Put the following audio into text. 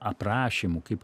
aprašymų kaip